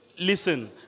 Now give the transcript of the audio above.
Listen